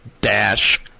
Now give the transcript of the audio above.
dash